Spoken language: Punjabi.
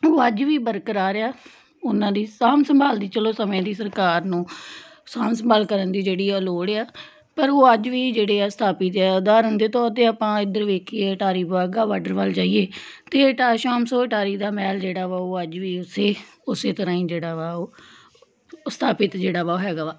ਉਹ ਅੱਜ ਵੀ ਬਰਕਰਾਰ ਆ ਉਹਨਾਂ ਦੀ ਸਾਂਭ ਸੰਭਾਲ ਦੀ ਚਲੋ ਸਮੇਂ ਦੀ ਸਰਕਾਰ ਨੂੰ ਸਾਂਭ ਸੰਭਾਲ ਕਰਨ ਦੀ ਜਿਹੜੀ ਆ ਲੋੜ ਆ ਪਰ ਉਹ ਅੱਜ ਵੀ ਜਿਹੜੇ ਆ ਸਥਾਪਿਤ ਹੈ ਉਦਾਹਰਨ ਦੇ ਤੌਰ 'ਤੇ ਆਪਾਂ ਇੱਧਰ ਵੇਖੀਏ ਅਟਾਰੀ ਬਾਘਾ ਬਾਰਡਰ ਵੱਲ ਜਾਈਏ ਤਾਂ ਅਟਾਰ ਸ਼ਾਮ ਸੋ ਅਟਾਰੀ ਦਾ ਮਹਿਲ ਜਿਹੜਾ ਵਾ ਉਹ ਅੱਜ ਵੀ ਉਸੇ ਉਸੇ ਤਰ੍ਹਾਂ ਹੀ ਜਿਹੜਾ ਵਾ ਉਹ ਸਥਾਪਿਤ ਜਿਹੜਾ ਵਾ ਹੈਗਾ ਵਾ